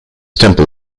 temple